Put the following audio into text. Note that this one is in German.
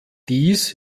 dies